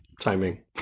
timing